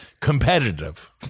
competitive